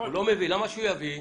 לא מביא, למה שהוא יביא?